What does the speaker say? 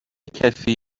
کسی